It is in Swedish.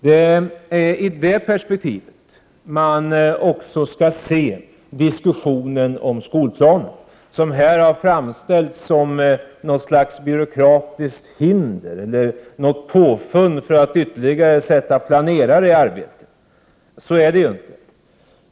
Det är i det perspektivet man skall se även diskussionen om skolplanen, som här har framställts som något slags byråkratiskt hinder eller något påfund för att ytterligare sätta planerare i arbete. Men så är det ju inte.